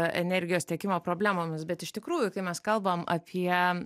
energijos tiekimo problemomis bet iš tikrųjų kai mes kalbam apie